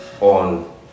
on